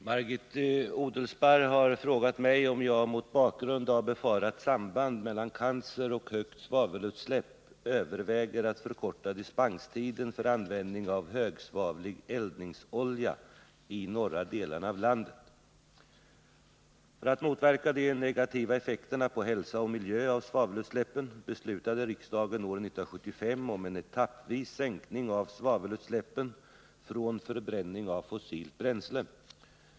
Herr talman! Margit Odelsparr har frågat mig om jag mot bakgrund av befarat samband mellan cancer och högt svavelutsläpp överväger att förkorta dispenstiden för användning av högsvavlig eldningsolja i norra delarna av landet. För att motverka de negativa effekterna på hälsa och miljö av svavelutsläppen beslutade riksdagen år 1975 om en sänkning etappvis av svavelutsläppen från förbränning av fossilt bränsle.